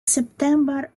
september